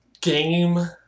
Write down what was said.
game